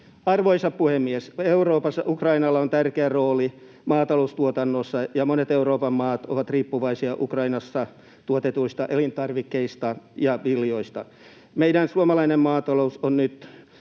Arvoisa puhemies! Euroopassa Ukrainalla on tärkeä rooli maataloustuotannossa, ja monet Euroopan maat ovat riippuvaisia Ukrainassa tuotetuista elintarvikkeista ja viljoista. Meidän suomalainen maatalous on nyt